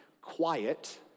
quiet